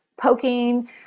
poking